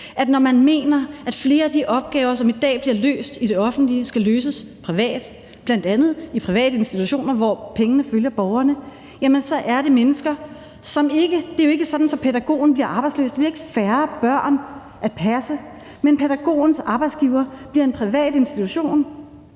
når man mener, at flere af de opgaver, der i dag bliver løst i det offentlige, skal løses privat, bl.a. i private institutioner, hvor pengene følger borgerne. Det er jo ikke sådan, at pædagogen bliver arbejdsløs, og der bliver ikke færre børn at passe, men pædagogens arbejdsgiver bliver en privat institution,